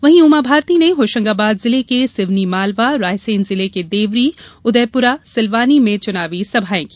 वहीं उमा भारती ने होशंगाबाद जिले के सिवनी मालवा रायसेन जिले के देवरी उदयपुरा सिलवानी में चुनावी सभायें की